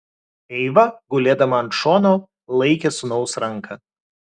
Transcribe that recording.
eiva gulėdama ant šono laikė sūnaus ranką